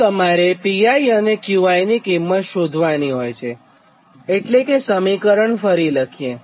તોતમારે Pi અને Qi ની કિંમત શોધવાની છેએટલે સમીકરણ ફરી લખીએ